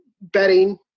betting